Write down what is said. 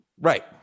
Right